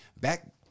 Back